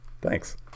thanks